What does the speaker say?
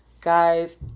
guys